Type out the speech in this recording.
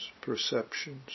perceptions